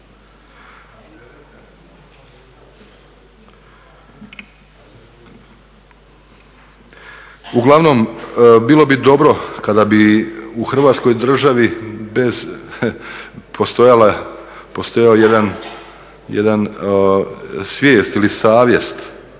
Uglavnom, bilo bi dobro kada bi u Hrvatskoj državi postojao jedna svijest ili savjest